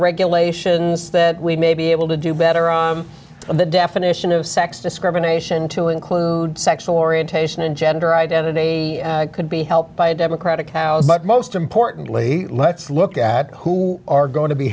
regulations that we may be able to do better on the definition of sex discrimination to include sexual orientation and gender identity could be helped by a democratic house but most importantly let's look at who are going to be